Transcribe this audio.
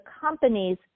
companies